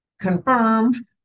confirm